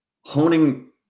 honing